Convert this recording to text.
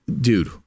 dude